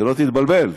שלא תתבלבל.